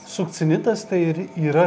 sukcinitas tai ir yra